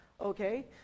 Okay